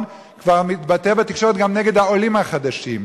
כבר מתבטא בתקשורת גם נגד העולים החדשים.